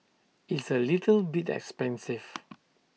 it's A little bit expensive